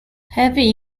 heavy